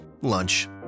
lunch